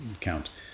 count